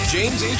James